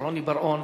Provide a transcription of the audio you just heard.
או רוני בר-און,